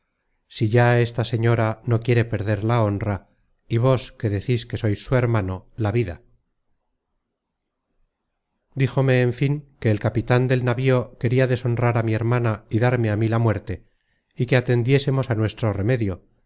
si ya esta señora no quiere perder la honra y vos que decis que sois su hermano la vida díjome en fin que el capitan del navío queria deshonrar á mi hermana y darme a mí la muerte y que atendiésemos a nuestro remedio